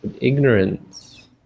ignorance